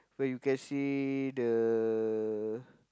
where you can see the